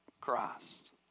Christ